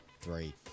three